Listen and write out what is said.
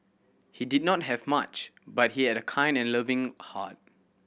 he did not have much but he had a kind and loving heart